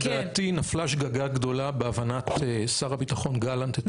לדעתי נפלה שגגה גדולה בהבנת שר הביטחון גלנט את החוק.